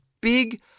big